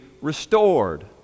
restored